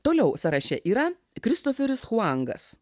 toliau sąraše yra kristoferis chuangas